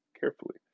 carefully